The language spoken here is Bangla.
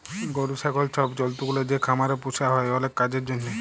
গরু, ছাগল ছব জল্তুগুলা যে খামারে পুসা হ্যয় অলেক কাজের জ্যনহে